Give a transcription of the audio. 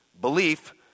belief